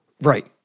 Right